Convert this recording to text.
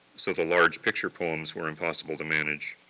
so the large picture poems were impossible to manage.